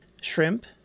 shrimp